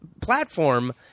platform